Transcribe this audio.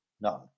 none